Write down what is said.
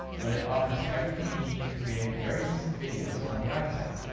but it offers everything you need to create very decent videos on the ipad.